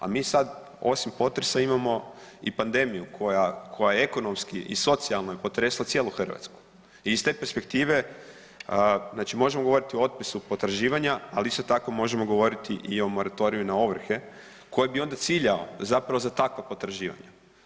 A mi sad, osim potresa imamo i pandemiju koja je ekonomski i socijalno je potresla cijelu Hrvatsku i iz te perspektive znači možemo govoriti o otpisu potraživanja, ali isto tako možemo govoriti i o moratoriju na ovrhe koji bi onda ciljao zapravo za takva potraživanja.